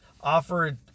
offered